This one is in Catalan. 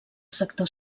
sector